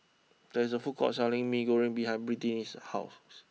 there is a food court selling Mee Goreng behind Britni's house